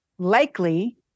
Likely